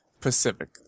Pacific